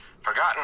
Forgotten